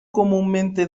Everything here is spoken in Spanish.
comúnmente